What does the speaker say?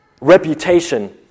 reputation